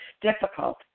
difficult